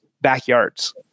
backyards